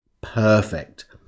perfect